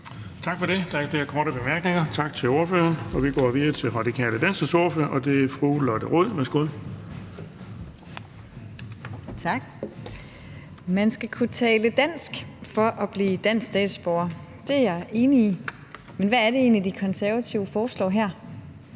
Der er ikke flere korte bemærkninger. Tak til ordføreren. Vi går videre til Radikale Venstres ordfører, og det er fru Lotte Rod. Værsgo. Kl. 14:49 (Ordfører) Lotte Rod (RV): Tak. Man skal kunne tale dansk for at blive dansk statsborger. Det er jeg enig i, men hvad er det egentlig, De Konservative foreslår her?